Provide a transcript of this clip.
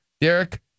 Derek